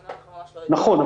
נכון,